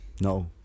No